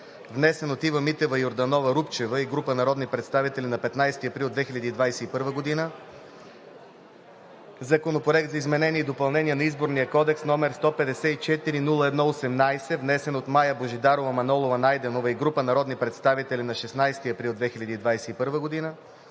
внесен от Ива Митева Йорданова-Рупчева и група народни представители на 15 април 2021 г., Законопроект за изменение и допълнение на Изборния кодекс, № 154-01-18, внесен от Мая Божидарова Манолова-Найденова и група народни представители нa 16 април 2021 г.,